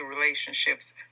relationships